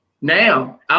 Now